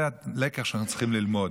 זה הלקח שאנחנו צריכים ללמוד.